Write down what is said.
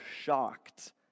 shocked